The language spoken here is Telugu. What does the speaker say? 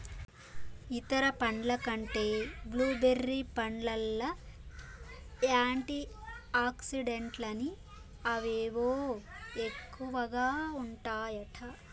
ఇతర పండ్ల కంటే బ్లూ బెర్రీ పండ్లల్ల యాంటీ ఆక్సిడెంట్లని అవేవో ఎక్కువగా ఉంటాయట